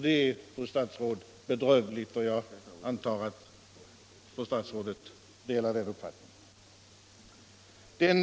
Det är bedrövligt, och jag antar att fru statsrådet delar den uppfattningen.